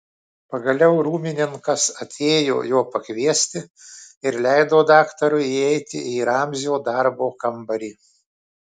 pagaliau rūmininkas atėjo jo pakviesti ir leido daktarui įeiti į ramzio darbo kambarį